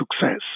success